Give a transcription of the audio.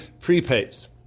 prepays